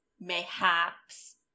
mayhaps